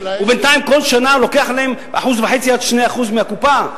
ובינתיים כל שנה לוקחים להם 1.5% 2% מהקופה.